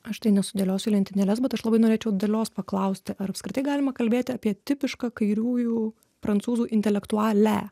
aš tai nesudėliosiu į lentynėles bet aš labai norėčiau dalios paklausti ar apskritai galima kalbėti apie tipišką kairiųjų prancūzų intelektualę